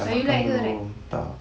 but you like her right